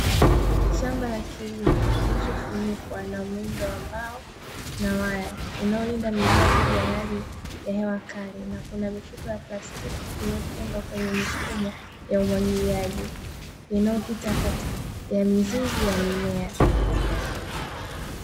Shamba la kilimo kilichofunikwa na muundo wa mbao na waya, inayolinda mimea dhidi ya hali ya hewa kali na kuna mifuko ya plastiki iliyofungwa kwenye mifumo ya umwagiliaji, inayopita kati ya mizizi ya mimea.